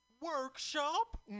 workshop